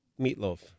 Meatloaf